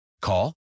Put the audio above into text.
Call